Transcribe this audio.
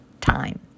time